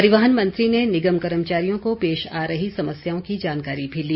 परिवहन मंत्री ने निगम कर्मचारियों को पेश आ रही समस्याओं की जानकारी भी ली